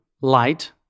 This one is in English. light